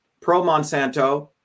pro-Monsanto